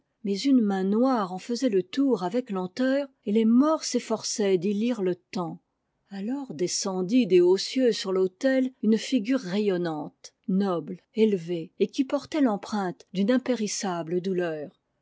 mais une main noire en faisait le tour avec len teur et les morts s'efforçaient d'y lire le temps alors descendit des hauts lieux sur l'autel une figure rayonnante noble élevée et qui portait l'empreinte d'une impérissable douteur